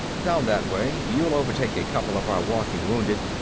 down that way. you'll overtake a couple of our walking wounded.